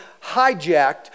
hijacked